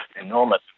enormous